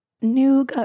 new